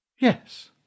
yes